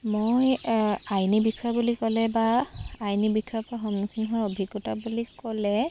মই আইনী বিষয় বুলি ক'লে বা আইনী বিষয়ৰ পৰা সন্মুখীন হোৱা অভিজ্ঞতা বুলি ক'লে